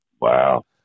Wow